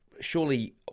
surely